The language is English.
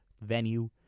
venue